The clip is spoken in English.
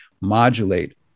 modulate